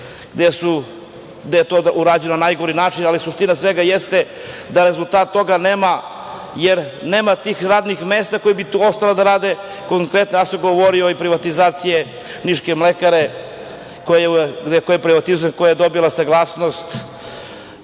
Srbije, gde je to urađeno na najgori način, ali suština svega jeste da rezultata nema, jer nema tih radnih mesta koji bi tu ostali da rade. Konkretno, ja sam govorio i o privatizaciji Niške mlekare, koja je dobila saglasnost